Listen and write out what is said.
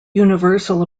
universal